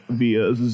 via